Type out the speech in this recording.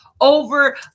over